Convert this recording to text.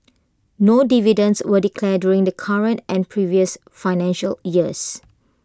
no dividends were declared during the current and previous financial years